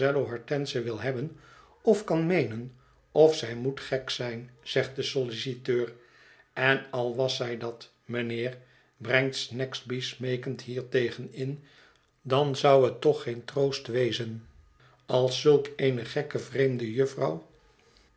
hortense wil hebben of kan meenen of zij moet gek zijn zegt de solliciteur en al was zij dat mijnheer brengt snagsby smeekend hiertegen in dan zou het toch geen troost wezen als zulk eene gekke vreemde